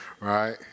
right